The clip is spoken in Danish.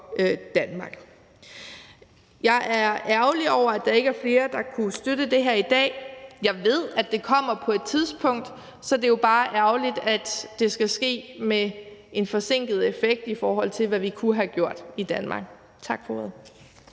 Jeg er ærgerlig over, at der ikke er flere, der kunne støtte det her i dag. Jeg ved, at det kommer på et tidspunkt, så det er jo bare ærgerligt, at det skal ske med en forsinket effekt, i forhold til hvad vi kunne have gjort i Danmark. Tak for ordet.